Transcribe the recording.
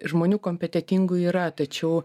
žmonių kompetetingų yra tačiau